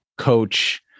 coach